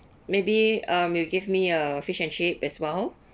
maybe um you give me a fish and chip as well